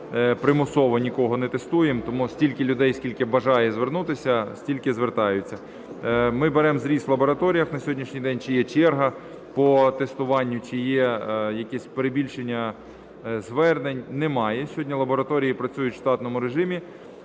примусово нікого не тестуємо, тому стільки людей скільки бажає звернутися, стільки звертаються. Ми беремо зріз в лабораторіях на сьогоднішній день, чи є черга по тестуванню, чи є якісь перебільшення звернень. Немає, сьогодні лабораторії працюють в штатному режимі,